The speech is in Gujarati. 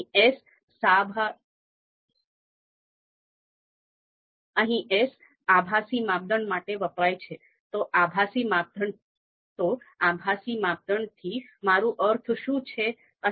એ જ રીતે બે વિકલ્પોના પ્રદર્શનમાં તફાવત જોતાં જો તે ચોક્કસ મૂલ્ય કરતાં વધારે હોય તો આપણે તે ખૂબ જ સ્પષ્ટ પસંદગી કરવા માંગીએ છીએ જે પસંદગી માપદંડનો ઉપયોગ કરીને સ્પષ્ટ કરી શકાય